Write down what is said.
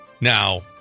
Now